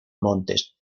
montes